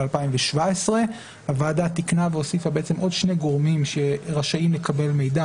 ב-2017 הוועדה תיקנה והוסיפה עוד שני גורמים שרשאים לקבל מידע